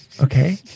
Okay